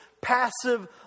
passive